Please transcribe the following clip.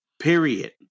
Period